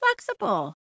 flexible